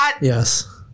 yes